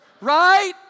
Right